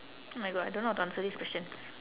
oh my god I don't know how to answer this question